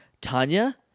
Tanya